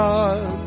God